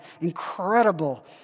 incredible